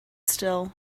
still